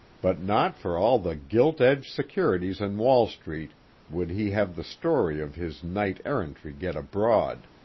but not for all the gilt-edged securities in wall street would he have the story of his knight-errantry get abroad,